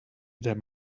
them